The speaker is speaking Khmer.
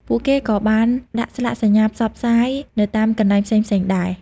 ពួកគេក៏បានដាក់ស្លាកសញ្ញាផ្សព្វផ្សាយនៅតាមកន្លែងផ្សេងៗដែរ។